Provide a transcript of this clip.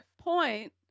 point